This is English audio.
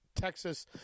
Texas